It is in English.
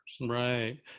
Right